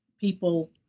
people